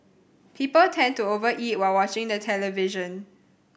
people tend to over eat while watching the television